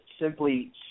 simply